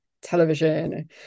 television